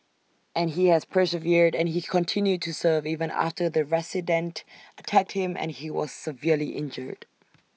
and he has persevered and he continued to serve even after the resident attacked him and he was severely injured